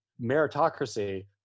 meritocracy